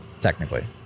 technically